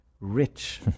rich